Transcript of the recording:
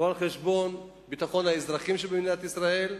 לא על-חשבון ביטחון האזרחים שבמדינת ישראל.